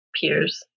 peers